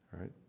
right